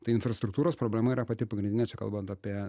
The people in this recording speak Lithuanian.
tai infrastruktūros problema yra pati pagrindinė čia kalbant apie